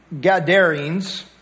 Gadarenes